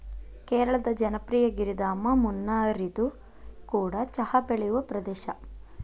ಕೇರಳದ ಜನಪ್ರಿಯ ಗಿರಿಧಾಮ ಮುನ್ನಾರ್ಇದು ಕೂಡ ಚಹಾ ಬೆಳೆಯುವ ಪ್ರದೇಶ